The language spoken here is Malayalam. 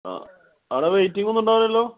അ അവിടെ വെയ്റ്റിങ്ങൊന്നും ഉണ്ടാവില്ലല്ലൊ